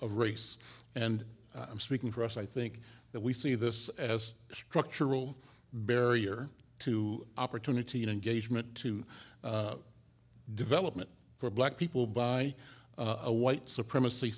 of race and i'm speaking for us i think that we see this as a structural barrier to opportunity to engage meant to development for black people by a white supremacy